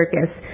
Circus